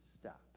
stop